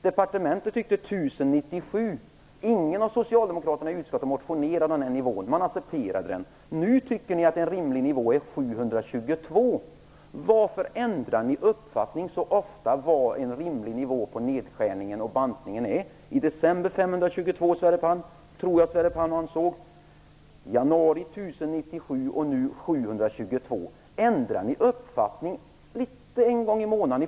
Departementet tyckte att 1 097 var rimligt. Ingen av socialdemokraterna i utskottet motionerade om den nivån - man accepterade den. Nu tycker ni att en rimlig nivå är 722 tjänster. Varför ändrar ni så ofta uppfattning om vad som är en rimlig nivå på nedskärningen och bantningen? I december ansåg Sverre Palm att det var 522 tjänster, tror jag, i januari 1 097, och nu 722. Ändrar ni uppfattning en gång i månaden?